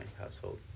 household